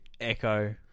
Echo